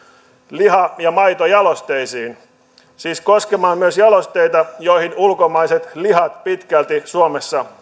liha ja maitojalosteisiin siis koskemaan myös jalosteita joihin ulkomaiset lihat pitkälti suomessa